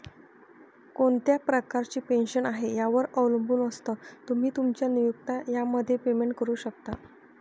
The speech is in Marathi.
कोणत्या प्रकारची पेन्शन आहे, यावर अवलंबून असतं, तुम्ही, तुमचा नियोक्ता यामध्ये पेमेंट करू शकता